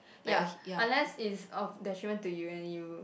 ya unless is of detriment to you and you